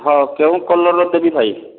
ହଁ କେଉଁ କଲର ର ଦେବି ଭାଇ